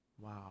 Wow